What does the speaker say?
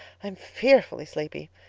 i'm fearfully sleepy.